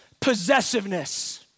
possessiveness